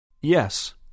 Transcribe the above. Yes